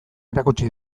erakutsi